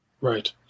Right